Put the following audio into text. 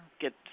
get